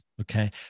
Okay